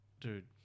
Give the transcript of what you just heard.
dude